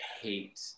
hate